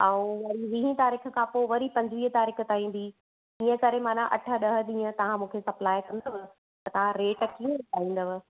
ऐं वरी वीही तारीख़ खां वरी पंजवीह तारीख़ ताईं बि इअं करे माना अठ ॾह ॾींहं तव्हां मूंखे सप्लाए कंदव त तव्हां रेट कीअं लॻाईंदव